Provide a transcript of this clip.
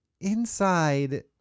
inside